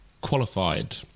qualified